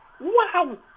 Wow